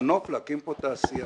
מנוף להקים פה תעשייה.